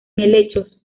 helechos